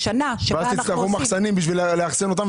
ואז תצטרכו מחסנים בשביל לאחסן אותם.